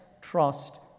trust